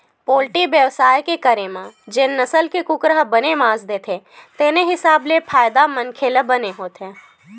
poultry बेवसाय के करे म जेन नसल के कुकरा ह बने मांस देथे तेने हिसाब ले फायदा मनसे ल बने होथे